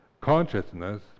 consciousness